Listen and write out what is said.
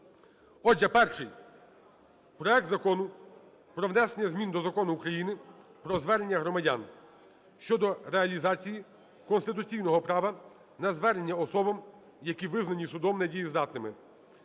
Отже, перший – проект Закону про внесення змін до Закону України "Про звернення громадян" (щодо реалізації конституційного права на звернення особами, які визнані судом недієздатними)